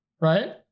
right